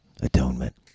Atonement